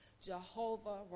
Jehovah